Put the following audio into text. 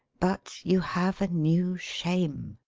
but you have a new shame